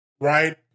right